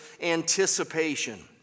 Anticipation